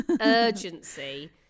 urgency